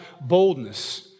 boldness